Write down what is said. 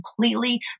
completely